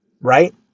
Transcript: right